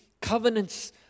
covenants